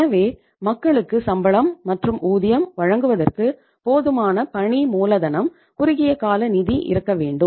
எனவே மக்களுக்கு சம்பளம் மற்றும் ஊதியம் வழங்குவதற்கு போதுமான பணி மூலதனம் குறுகிய கால நிதி இருக்க வேண்டும்